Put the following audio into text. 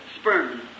sperm